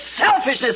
selfishness